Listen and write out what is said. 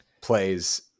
plays